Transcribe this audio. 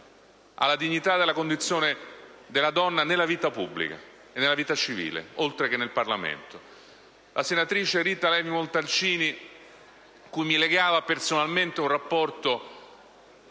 alla dignità della condizione femminile nella vita pubblica e civile, oltre che nel Parlamento. La senatrice Rita Levi-Montalcini, cui mi legava personalmente un rapporto